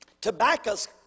Tobacco's